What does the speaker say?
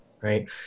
right